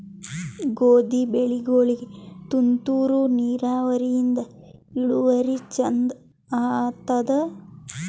ಗೋಧಿ ಬೆಳಿಗೋಳಿಗಿ ತುಂತೂರು ನಿರಾವರಿಯಿಂದ ಇಳುವರಿ ಚಂದ ಆತ್ತಾದ?